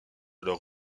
leur